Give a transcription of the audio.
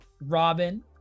Robin